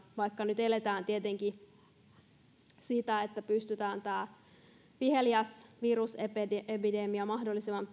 vaikka nyt eletään tietenkin niin että pystytään tämä viheliäs virusepidemia mahdollisimman